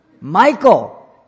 Michael